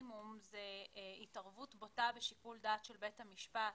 מינימום זאת התערבות בוטה בשיקול דעת של בית המשפט.